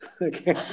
Okay